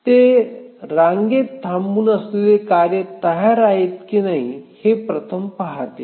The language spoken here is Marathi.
ते रांगेत थांबून असलेली कार्ये तयार आहेत की नाही हे प्रथम पहाते